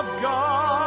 god